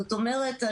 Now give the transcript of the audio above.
זאת אומרת,